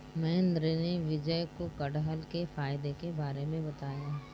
महेंद्र ने विजय को कठहल के फायदे के बारे में बताया